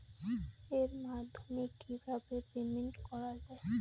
এর মাধ্যমে কিভাবে পেমেন্ট করা য়ায়?